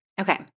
Okay